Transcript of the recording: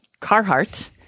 Carhartt